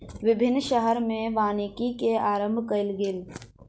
विभिन्न शहर में वानिकी के आरम्भ कयल गेल